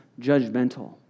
judgmental